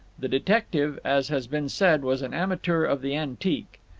the detective, as has been said, was an amateur of the antique.